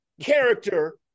character